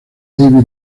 david